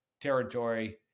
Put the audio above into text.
territory